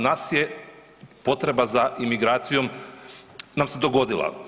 Nas je potreba za imigracijom, nam se dogodila.